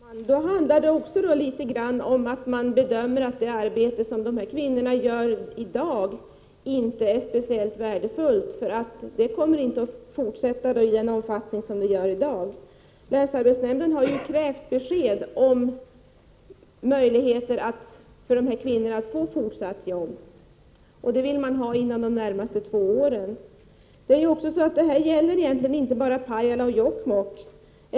Herr talman! Då handlar det också litet grand om att man anser att det arbete som dessa kvinnor gör i dag inte är speciellt värdefullt. Arbetet kommer ju inte att fortsätta i den omfattning som det har i dag. Länsarbetsnämnden har krävt att få besked om möjligheterna för dessa kvinnor att få fortsatt jobb. Ett sådant besked vill man ha inom de närmaste två åren. Det handlar egentligen inte bara om Pajala och Jokkmokk.